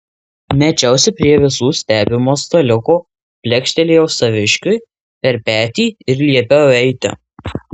mečiausi prie visų stebimo staliuko plekštelėjau saviškiui per petį ir liepiau eiti